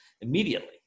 immediately